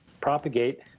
propagate